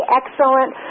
excellent